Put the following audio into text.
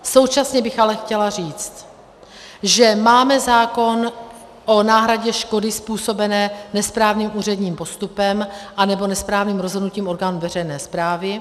Současně bych ale chtěla říct, že máme zákon o náhradě škody způsobené nesprávným úředním postupem anebo nesprávným rozhodnutím orgánů veřejné správy.